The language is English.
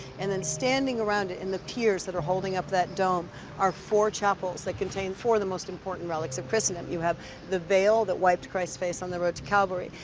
and then standing around it in the piers that are holding up that dome are four chapels that contain four of the most important relics of christendom. you have the veil that wiped christ's face on the road to calvary.